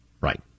Right